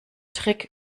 trick